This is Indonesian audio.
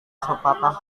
sepatah